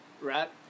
Right